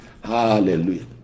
Hallelujah